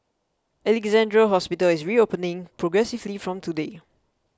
Alexandra Hospital is reopening progressively from today